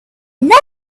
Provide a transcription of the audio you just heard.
never